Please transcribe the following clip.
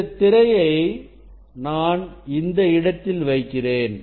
இந்த திரையை நான்இந்த இடத்தில் வைக்கிறேன்